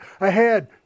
ahead